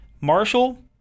Marshall